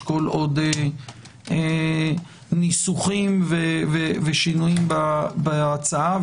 לשקול עוד ניסוחים ושינויים בהצעה,